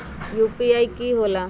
UPI कि होला?